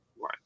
right